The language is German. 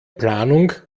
planung